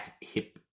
hip